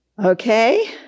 Okay